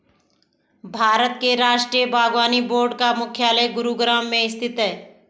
भारत के राष्ट्रीय बागवानी बोर्ड का मुख्यालय गुरुग्राम में स्थित है